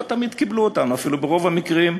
לא תמיד קיבלו, אפילו ברוב המקרים,